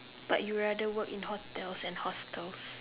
but you rather work in hotel and hostels